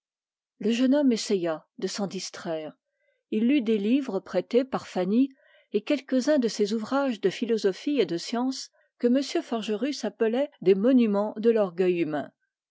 le jeune homme essaya de s'en distraire il lut des livres prêtés par fanny et quelques-uns de ces ouvrages de philosophie et de science que m forgerus appelait des monuments de l'orgueil humain